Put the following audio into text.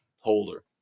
holder